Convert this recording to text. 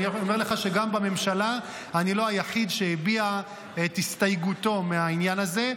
אני אומר לך שגם בממשלה אני לא היחיד שהביע את הסתייגותו מהעניין הזה.